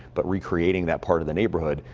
but re-creating that part of the neighborhood,